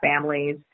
families